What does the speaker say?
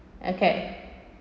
okay